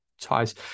ties